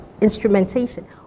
instrumentation